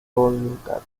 voluntad